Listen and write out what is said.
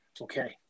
okay